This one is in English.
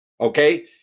okay